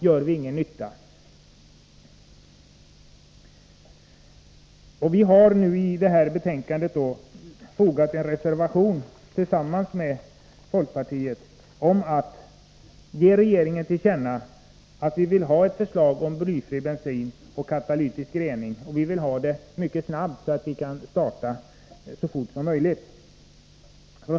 Tillsammans med folkpartiet har vi centerledamöter till detta betänkande fogat en reservation där vi begär att riksdagen skall ge regeringen till känna att vi vill ha ett förslag om blyfri bensin och katalytisk rening och att vi vill ha det mycket snabbt så att arbetet kan påbörjas så snart som möjligt.